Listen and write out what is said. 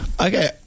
Okay